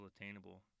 attainable